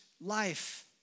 Life